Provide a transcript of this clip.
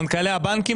מנכ"לי הבנקים,